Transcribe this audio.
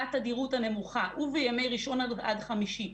בתדירות הנמוכה ובימי ראשון עד חמישי,